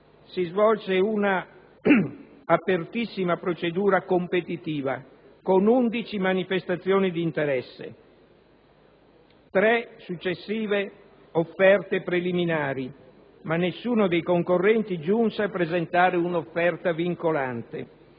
si svolse una apertissima procedura competitiva, con 11 manifestazioni di interesse, tre successive offerte preliminari, ma nessuno dei concorrenti giunse a presentare un'offerta vincolante.